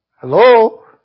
Hello